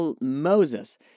Moses